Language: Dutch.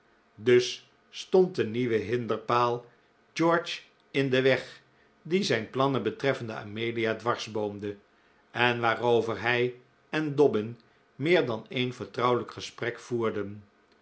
dus stond een nieuwe hinderpaal george in den weg die zijn plannen betreffende amelia dwarsboomde en waarover hij en dobbin meer dan een vertrouwelijk gesprek voerden